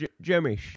Jimmy